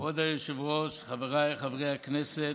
כבוד היושב-ראש, חבריי חברי הכנסת,